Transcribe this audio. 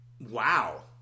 Wow